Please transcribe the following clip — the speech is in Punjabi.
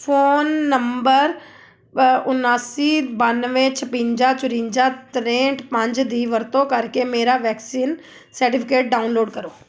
ਫ਼ੋਨ ਨੰਬਰ ਉਨਾਸੀ ਬਾਨਵੇਂ ਛਿਵੰਜਾ ਚੁਰੰਜਾ ਤਰੇਹਠ ਪੰਜ ਦੀ ਵਰਤੋਂ ਕਰਕੇ ਮੇਰਾ ਵੈਕਸੀਨ ਸਰਟੀਫਿਕੇਟ ਡਾਊਨਲੋਡ ਕਰੋ